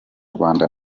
rwanda